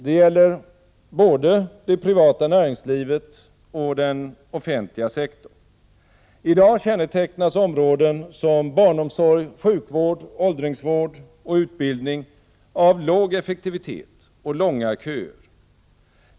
Det gäller både den offentliga sektorn och det privata näringslivet. I dag kännetecknas områden som barnomsorg, sjukvård, åldringsvård och utbildning av låg effektivitet och långa köer.